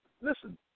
listen